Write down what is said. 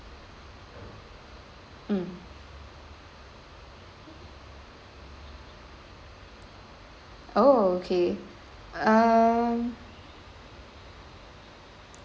mm oh okay um